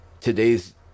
today's